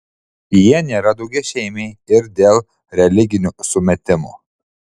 jie nėra daugiašeimiai ir dėl religinių sumetimų